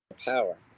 power